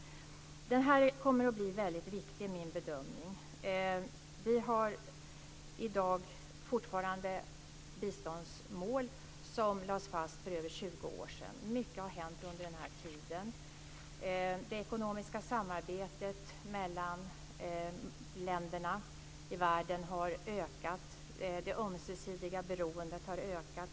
Det här kommer att bli väldigt viktigt enligt min bedömning. Vi har i dag fortfarande biståndsmål som lades fast för över 20 år sedan. Mycket har hänt under den här tiden. Det ekonomiska samarbetet mellan länderna i världen har ökat. Det ömsesidiga beroendet har ökat.